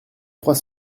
trois